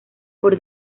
por